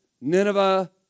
Nineveh